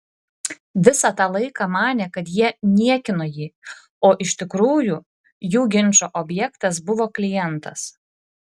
visą tą laiką manė kad jie niekino jį o iš tikrųjų jų ginčo objektas buvo klientas